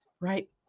right